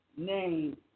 name